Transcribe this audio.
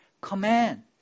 command